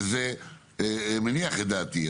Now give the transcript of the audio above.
וזה מניח את דעתי.